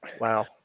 wow